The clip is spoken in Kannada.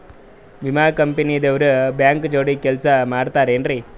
ವಿಮಾ ಕಂಪನಿ ದವ್ರು ಬ್ಯಾಂಕ ಜೋಡಿ ಕೆಲ್ಸ ಮಾಡತಾರೆನ್ರಿ?